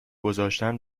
گذاشتن